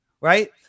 Right